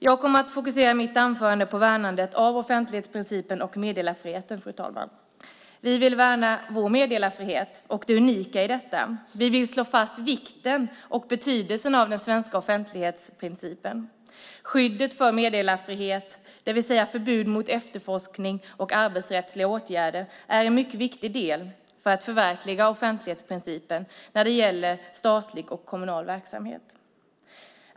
Jag kommer att fokusera mitt anförande på värnandet av offentlighetsprincipen och meddelarfriheten, fru talman. Vi vill värna det unika i vår meddelarfrihet. Vi vill slå fast vikten och betydelsen av den svenska offentlighetsprincipen. Skyddet för meddelarfriheten, det vill säga förbud mot efterforskning och arbetsrättsliga åtgärder, är en mycket viktig del för att förverkliga offentlighetsprincipen när det gäller statlig och kommunal verksamhet.